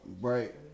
Right